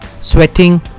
sweating